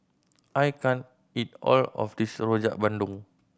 I can't eat all of this Rojak Bandung